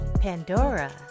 Pandora